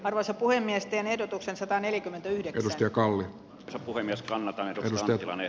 arvoisa puhemies teen ehdotuksen sataneljäkymmentäyhdeksäns ja kalle puhemies kannattaa wilsonin tilanne